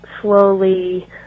slowly